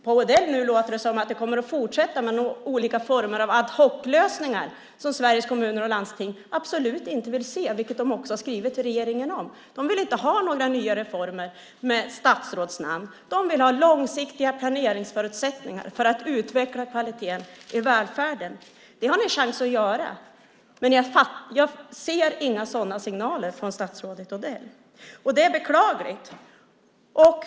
På dig låter det nu som att det kommer att fortsätta med olika former av ad hoc-lösningar som Sveriges kommuner och landsting absolut inte vill se, vilket de också har skrivit till regeringen om. De vill inte ha några nya reformer med statsrådsnamn. De vill ha långsiktiga planeringsförutsättningar för att utveckla kvaliteten i välfärden. Det har ni chans att göra. Men jag ser inga sådana signaler från statsrådet Odell, och det är beklagligt.